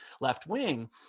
left-wing